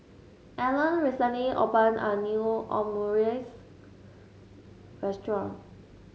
Allen recently opened a new Omurice restaurant